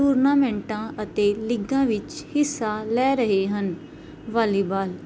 ਟੂਰਨਾਮੈਂਟਾਂ ਅਤੇ ਲੀਗਾ ਵਿੱਚ ਹਿੱਸਾ ਲੈ ਰਹੇ ਹਨ ਵਾਲੀਬਾਲ